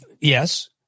Yes